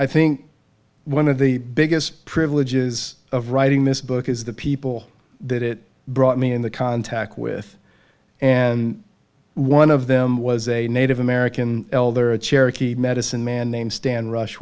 i think one of the biggest privileges of writing this book is the people that it brought me in the contact with and one of them was a native american elder a cherokee medicine man named stan rush